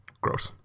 Gross